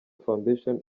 foundation